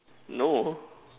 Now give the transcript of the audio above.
no